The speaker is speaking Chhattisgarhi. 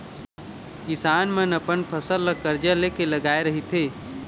किसान मन अपन फसल ल करजा ले के लगाए रहिथे